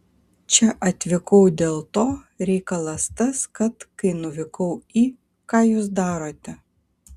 čia atvykau dėl to reikalas tas kad kai nuvykau į ką jūs darote